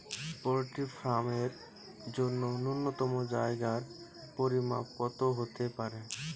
Poultry farm এর জন্য নূন্যতম জায়গার পরিমাপ কত হতে পারে?